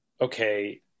okay